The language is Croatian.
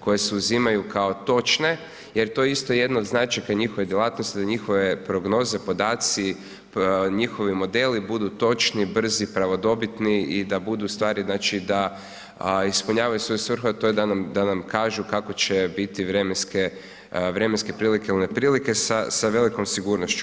koje se uzimaju kao točne jer to isto od značajka njihove djelatnosti, da njihove prognoze, podaci, njihovi modeli budu točni, brzi, pravodobitni i da budu stvari, znači da ispunjavaju svoju svrhu, a to je da nam kažu kakve će biti vremenske prilike ili neprilike sa velikom sigurnošću.